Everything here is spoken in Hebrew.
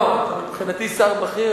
מבחינתי שר בכיר,